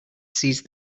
seized